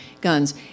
guns